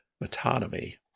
metonymy